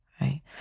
right